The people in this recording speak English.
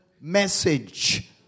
message